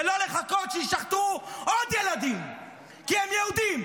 ולא לחכות שיישחטו עוד ילדים כי הם יהודים.